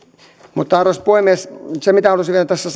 mutta arvoisa puhemies se mitä haluaisin vielä tässä